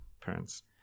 parents